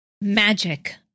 magic